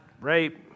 rape